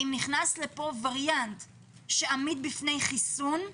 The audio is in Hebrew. אם נכנס לפה וריאנט שעמיד בפני חיסון,